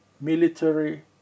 military